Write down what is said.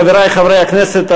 חברי חברי הכנסת,